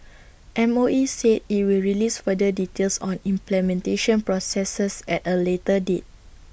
M O E said IT will release further details on implementation processes at A later date